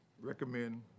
Recommend